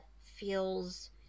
feels